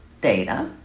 data